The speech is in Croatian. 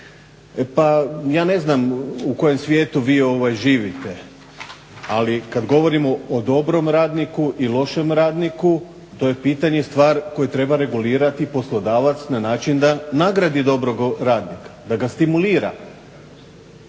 Pa ja ne znam u kojem svijetu vi živite, ali kad govorimo o dobrom radniku i lošem radniku to je pitanje stvar koju treba regulirati poslodavac na način da nagradi dobrog radnika, da ga stimulira.